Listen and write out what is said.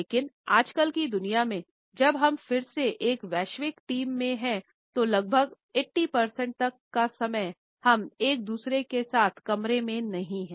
लेकिन आजकल की दुनिया में जब हम फिर से एक वैश्विक टीम में हैं तो लगभग 80 प्रतिशत तक का समय हम एक दूसरे के साथ कमरे में नहीं हैं